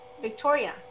Victoria